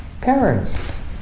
parents